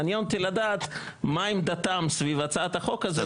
מעניין אותי לדעת מה עמדתם סביב הצעת החוק הזאת.